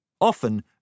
Often